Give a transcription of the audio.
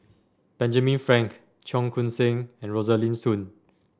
Benjamin Frank Cheong Koon Seng and Rosaline Soon